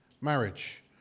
marriage